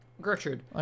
gertrude